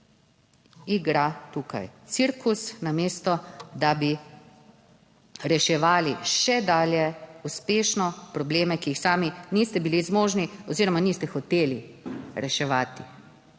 igra tukaj cirkus namesto, da bi reševali še dalje uspešno probleme, ki jih sami niste bili zmožni oziroma niste hoteli reševati.